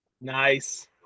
nice